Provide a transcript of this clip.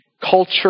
culture